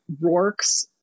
Rourke's